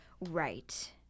right